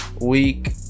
week –